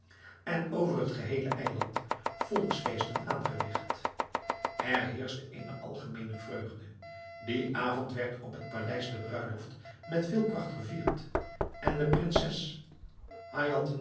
en over het geheele eiland volksfeesten aangerigt er heerschte eene algemeene vreugde dien avond werd op het paleis de bruiloft met veel pracht gevierd en de prinses